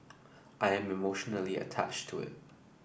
I am emotionally attached to it